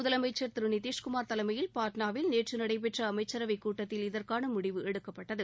முதலமைச்சர் திரு நிதிஷ்குமார் தலைமையில் பாட்னாவில் நேற்று நடைபெற்ற அமைச்சரவைக் கூட்டத்தில் இதற்கான முடிவு எடுக்கப்பட்டது